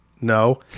No